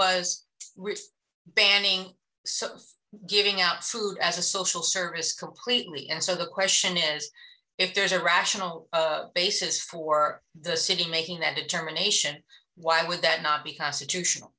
was banning subs giving out food as a social service completely and so the question is if there's a rational basis for the city making that determination why would that not be constitutional